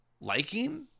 liking